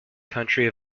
country